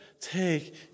take